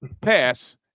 pass